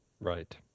Right